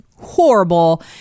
horrible